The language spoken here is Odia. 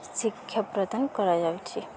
ଶିକ୍ଷା ପ୍ରଦାନ କରାଯାଉଛି